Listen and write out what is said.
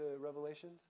Revelations